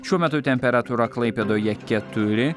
šiuo metu temperatūra klaipėdoje keturi